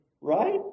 right